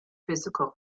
physical